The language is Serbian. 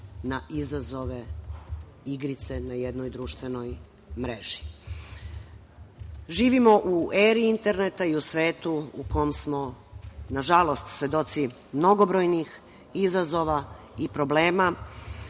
na izazove igrice na jednoj društvenoj mreži. Živimo u eri interneta i u svetu u kom smo, nažalost, svedoci mnogobrojnih izazova i problema